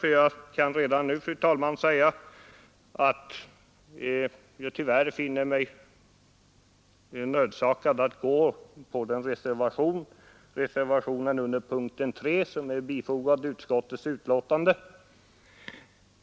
Och jag kan redan nu, fru talman, säga att jag tyvärr finner mig nödsakad att rösta för reservationen i utskottsbetänkandet i vad denna avser punkten 3.